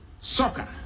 Soccer